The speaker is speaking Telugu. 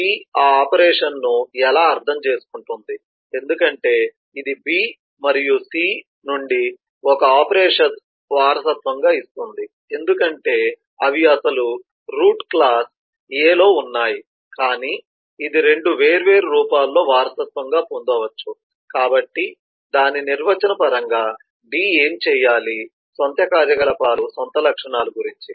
D ఆ ఆపరేషన్ను ఎలా అర్థం చేసుకుంటుంది ఎందుకంటే ఇది B మరియు C నుండి ఒకే ఆపరేషన్ను వారసత్వంగా ఇస్తుంది ఎందుకంటే అవి అసలు రూట్ క్లాస్ A లో ఉన్నాయి కానీ ఇది 2 వేర్వేరు రూపాల్లో వారసత్వంగా పొందవచ్చు కాబట్టి దాని నిర్వచన పరంగా D ఏమి చేయాలి సొంత కార్యకలాపాలు సొంత లక్షణాలు గురించి